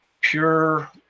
pure